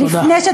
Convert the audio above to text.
תודה.